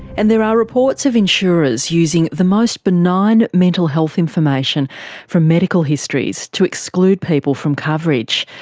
and there are reports of insurers using the most benign mental health information from medical histories to exclude people from coverage.